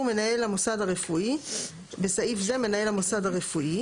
מנהל המוסד הרפואי (בסעיף זה מנהל המוסד הרפואי)